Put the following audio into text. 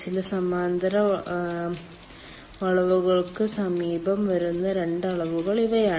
ചില സമാന്തര വളവുകൾക്ക് സമീപം വരുന്ന 2 വളവുകൾ ഇവയാണ്